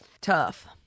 tough